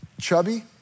chubby